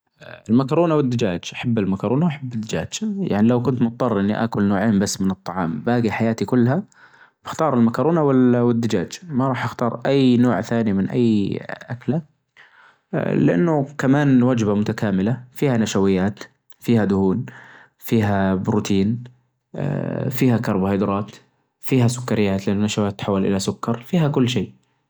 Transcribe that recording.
المكرونة والدچاچ، أحب المكرونة أحب الدچاچ، يعني لو كنت مضطر إنى آكل نوعين بس من الطعام باجى حياتى كلها أختار المكرونة وال-والدچاچ، ما راح أختار أى نوع تانى من أى أكلة، لأنه كمان وچبة متكاملة فيها نشويات فيها دهون فيها بروتين فيها كربوهيدرات فيها سكريات لأن النشويات تتحول إلى سكر، فيها كل شي.